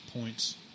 points